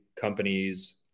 companies